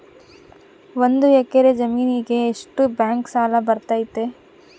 ಒಂದು ಎಕರೆ ಜಮೇನಿಗೆ ಎಷ್ಟು ಬ್ಯಾಂಕ್ ಸಾಲ ಬರ್ತೈತೆ?